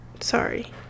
Sorry